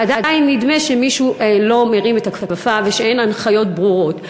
ועדיין נדמה שמישהו לא מרים את הכפפה ושאין הנחיות ברורות.